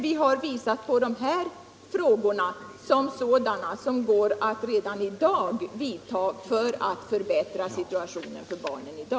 Vi har betecknat dessa åtgärder som sådana som det redan i dag går att vidta för att förbättra barnens situation.